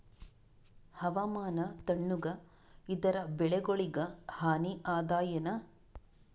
ಹವಾಮಾನ ತಣುಗ ಇದರ ಬೆಳೆಗೊಳಿಗ ಹಾನಿ ಅದಾಯೇನ?